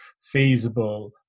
feasible